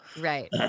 Right